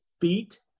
feet